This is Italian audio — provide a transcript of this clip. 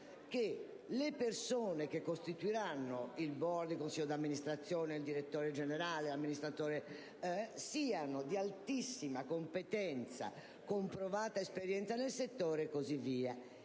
che le persone che costituiranno il consiglio di amministrazione, e quindi il direttore generale e l'amministratore, siano di altissima competenza, comprovata esperienza nel settore e così via,